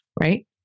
right